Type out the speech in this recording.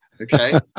okay